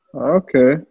Okay